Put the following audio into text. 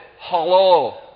Hello